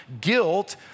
Guilt